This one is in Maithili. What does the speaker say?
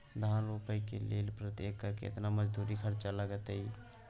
धान रोपय के लेल प्रति एकर केतना मजदूरी खर्चा लागतेय?